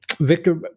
Victor